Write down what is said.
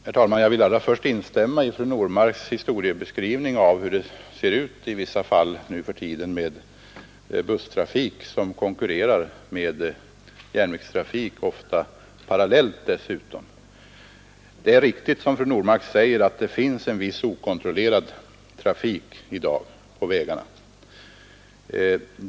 Herr talman! Jag vill allra först instämma i fru Normarks beskrivning av hur busstrafik konkurrerar med järnvägstrafik, i vissa fall dessutom parallellt. Det är riktigt, som fru Normark säger, att det finns en viss okontrollerad trafik på vägarna i dag.